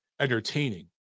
entertaining